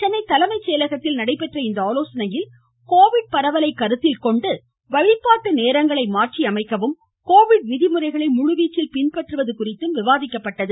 சென்னை தலைமை செயலகத்தில் நடைபெற்ற இந்த ஆலோசனையில் கோவிட் பரவலை கருத்தில் கொண்டு வழிபாட்டு நேரங்களை மாற்றியமைக்கவும் கோவிட் விதிமுறைகளை முழுவீச்சில் பின்பற்றுவது குறித்தும் விவாதிக்கப்பட்டது